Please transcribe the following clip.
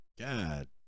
God